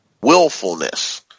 willfulness